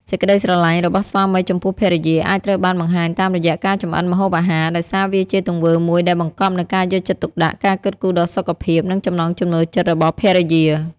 សេចក្ដីស្រឡាញ់របស់ស្វាមីចំពោះភរិយា អាចត្រូវបានបង្ហាញតាមរយៈការចម្អិនម្ហូបអាហារ ដោយសារវាជាទង្វើមួយដែលបង្កប់នូវការយកចិត្តទុកដាក់ ការគិតគូរដល់សុខភាព និងចំណង់ចំណូលចិត្តរបស់ភរិយា។